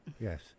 yes